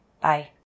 bye